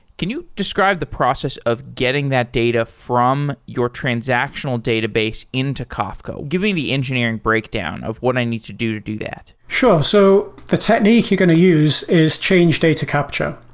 can you describe the process of getting that data from your transactional database into kafka? give the engineering breakdown of what i need to do to do that sure. so the technique you're going to use is change data capture,